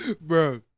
Bro